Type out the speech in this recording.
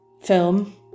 film